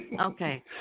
okay